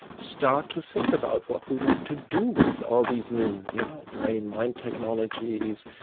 start to think about what we want to do with all these new you know brain mind technologies.